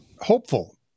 hopeful